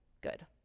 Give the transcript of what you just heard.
good